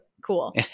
Cool